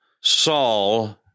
Saul